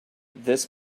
this